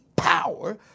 Power